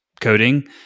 coding